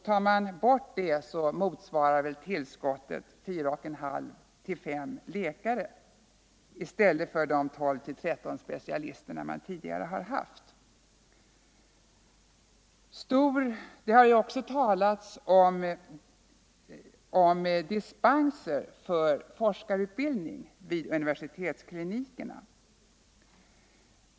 Tar man bort undervisningstiden motsvarar tillskottet 4 1/2-5 läkare i stället för de 12-13 specialisterna man tidigare haft. Det har också talats om dispenser för forskarutbildning vid universitetsklinikerna.